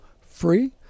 free